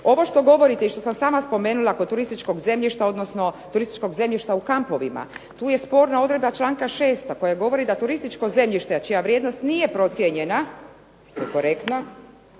Ovo što govorite i što sam sama spomenula kod turističkog zemljišta odnosno turističkog zemljišta u kampovima tu je sporna odredba članka 6. koja govori da turističko zemljište čija vrijednost nije procijenjena korektno